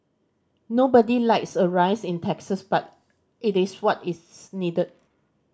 nobody likes a rise in taxes but it is what is needed